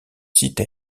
site